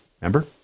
Remember